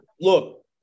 Look